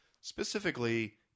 specifically